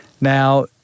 Now